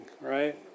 right